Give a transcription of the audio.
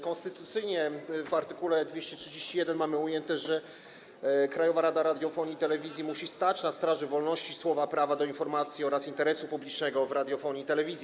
Konstytucyjnie w art. 213 mamy ujęte, że Krajowa Rada Radiofonii i Telewizji musi stać na straży wolności słowa, prawa do informacji oraz interesu publicznego w radiofonii i telewizji.